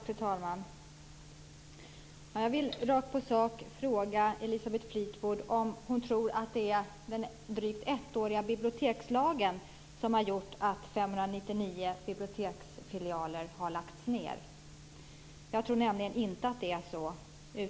Fru talman! Jag vill gå rakt på sak och fråga Elisabeth Fleetwood om hon tror att det är den bibliotekslag som finns sedan drygt ett år tillbaka som gjort att 599 biblioteksfilialer har lagts ned. Jag tror inte att det är så.